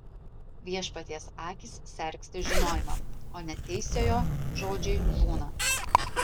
viešpaties akys sergsti žinojimą o neteisiojo žodžiai žūna